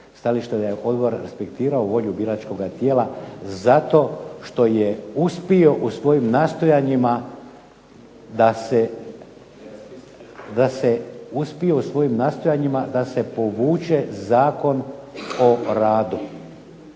stajalište da je odbor respektirao volju biračkoga tijela zato što je uspio u svojim nastojanjima da se povuče Zakon o radu.